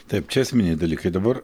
taip čia esminiai dalykai dabar